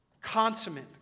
consummate